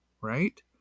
right